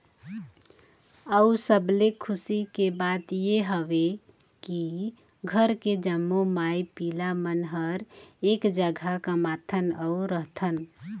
अउ सबले खुसी के बात ये हवे की घर के जम्मो माई पिला मन हर एक जघा कमाथन अउ रहथन